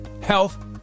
health